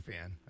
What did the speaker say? fan